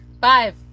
Five